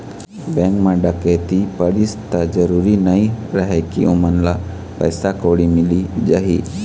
bank म डकैती परिस त जरूरी नइ रहय के ओमन ल पइसा कउड़ी मिली जाही